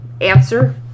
answer